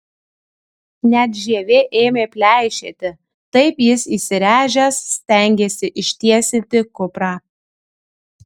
net žievė ėmė pleišėti taip jis įsiręžęs stengėsi ištiesinti kuprą